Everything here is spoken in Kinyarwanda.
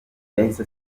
yahise